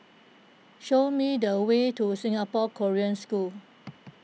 show me the way to Singapore Korean School